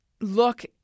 look